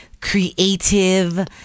creative